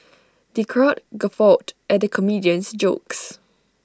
the crowd guffawed at the comedian's jokes